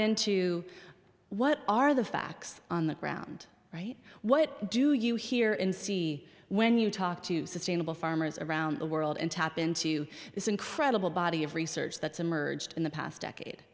into what are the facts on the ground right what do you hear in see when you talk to sustainable farmers around the world and tap into this incredible body of research that's emerged in the past decade